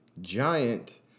giant